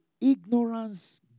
ignorance